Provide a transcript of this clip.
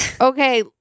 Okay